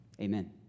Amen